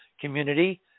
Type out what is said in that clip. community